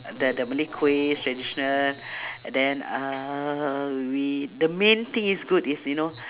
the the Malay kuihs traditional then uhh we the main thing is good is you know